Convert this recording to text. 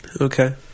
Okay